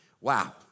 Wow